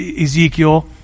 Ezekiel